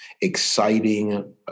exciting